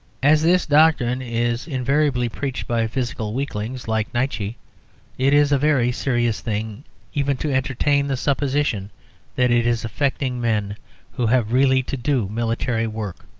as this doctrine is invariably preached by physical weaklings like nietzsche it is a very serious thing even to entertain the supposition that it is affecting men who have really to do military work